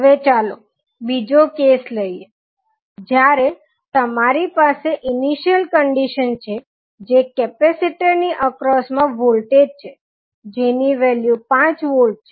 હવે ચાલો બીજો કેસ લઇએ જ્યારે તમારી પાસે ઇનિશિયલ કંડીશન છે જે કેપેસિટર ની અક્રોસ મા વોલ્ટેજ છે જેની વેલ્યુ 5 વોલ્ટ છે